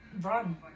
Run